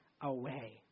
away